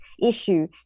issue